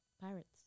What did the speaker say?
pirates